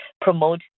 promote